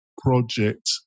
project